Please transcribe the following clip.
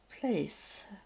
place